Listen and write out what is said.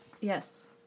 Yes